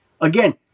again